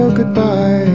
goodbye